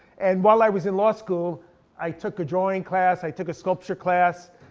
and while i was in law school i took a drawing class, i took a sculpture class,